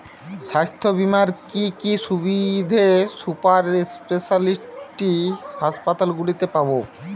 স্বাস্থ্য বীমার কি কি সুবিধে সুপার স্পেশালিটি হাসপাতালগুলিতে পাব?